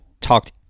talked